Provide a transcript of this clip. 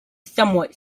somewhat